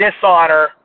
dishonor